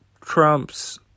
Trump's